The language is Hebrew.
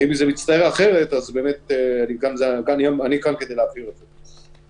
ואם זה מצטייר אחרת, אז אני כאן כדי להבהיר את זה.